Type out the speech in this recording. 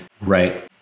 right